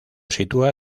sitúa